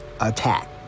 attack